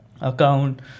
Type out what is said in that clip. account